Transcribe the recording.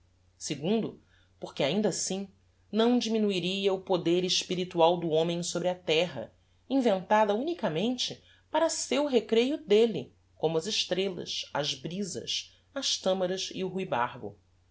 e porque ainda assim não diminuiria o poder espiritual do homem sobre a terra inventada unicamente para seu recreio delle como as estrellas as brisas as tamaras e o